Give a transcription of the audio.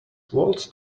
waltzed